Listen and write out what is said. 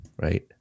right